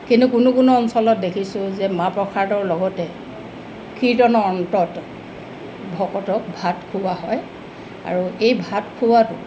কিন্তু কোনো কোনো অঞ্চলত দেখিছোঁ যে মা প্ৰসাদৰ লগতে কীৰ্তনৰ অন্তত ভকতক ভাত খোৱা হয় আৰু এই ভাত খোৱাটো